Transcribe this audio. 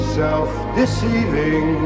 self-deceiving